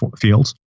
fields